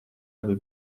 abi